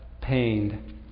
pained